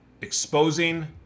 Exposing